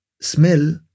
smell